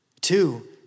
Two